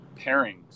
pairings